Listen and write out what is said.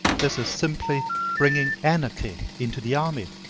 this is simply bringing anarchy into the army,